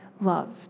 loved